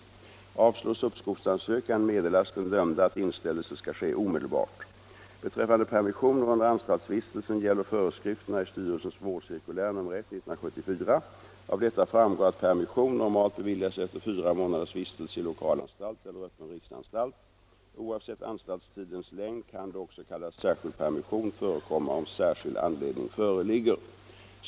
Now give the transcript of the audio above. Avslås uppskovsansökan meddelas den dömde att inställelse skall ske omedelbart. Beträffande permissioner under anstaltsvistelse gäller föreskrifterna i styrelsens vårdcirkulär nr 1/1974. Av detta framgår att permission normalt beviljas efter fyra månaders vistelse i lokalanstalt eller öppen riksanstalt. Oavsett anstaltstidens längd kan dock s.k. särskild permission förekomma om särskild anledning föreligger.